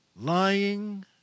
Lying